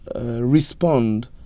respond